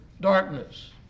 darkness